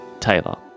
Taylor